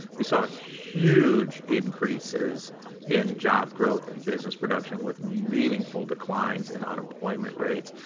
we saw huge increases in job growth and business production with meaningful declines in unemployment rates.